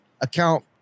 account